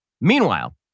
meanwhile